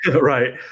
Right